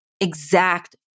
exact